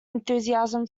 enthusiasm